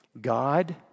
God